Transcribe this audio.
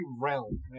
realm